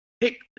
pick